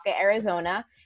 Arizona